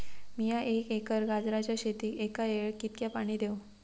मीया एक एकर गाजराच्या शेतीक एका वेळेक कितक्या पाणी देव?